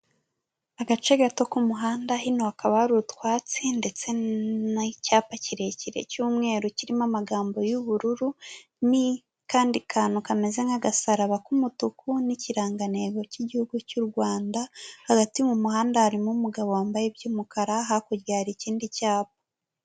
Agace gato k'umuhanda hino hakaba hari utwatsi ndetse n'icyapa kirekire cy'umweru kirimo amagambo y'ubururu, n'akandi kantu kameze nk'agasaraba k'umutuku n'ikirangantego cy'igihugu cy'u Rwanda, hagati mu muhanda harimo umugabo wambaye iby'umukara, hakurya hari ikindi cyapa.